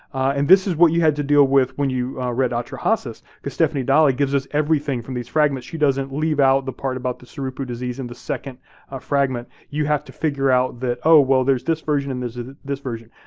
and this is what you had to deal with when you read atrahasis, cause stephanie dalley gives us everything from these fragments. she doesn't leave out the part about the cerebral disease in the second ah fragment. you have to figure that oh, well, there's this version and there's ah this version.